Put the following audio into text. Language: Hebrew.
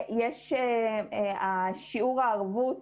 שיעור ערבות